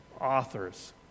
authors